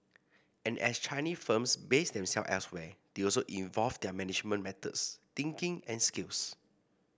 and as Chinese firms base themselves elsewhere they also evolve their management methods thinking and skills